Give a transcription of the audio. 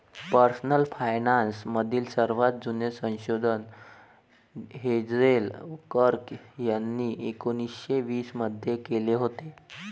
personal finance मधील सर्वात जुने संशोधन हेझेल कर्क यांनी एकोन्निस्से वीस मध्ये केले होते